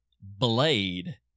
blade